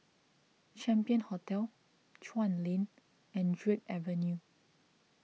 Champion Hotel Chuan Lane and Drake Avenue